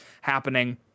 happening